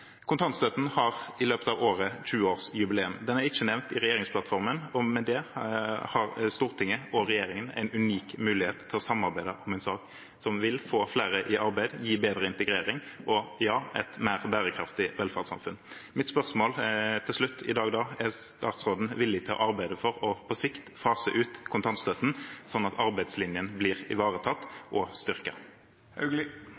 Kontantstøtten har i løpet av året 20-årsjubileum. Den er ikke nevnt i regjeringsplattformen, og med det har Stortinget og regjeringen en unik mulighet til å samarbeide om en sak som vil få flere i arbeid, gi bedre integrering, og – ja – et mer bærekraftig velferdssamfunn. Mitt spørsmål til slutt i dag er: Er statsråden villig til å arbeide for på sikt å fase ut kontantstøtten, slik at arbeidslinjen blir